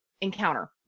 encounter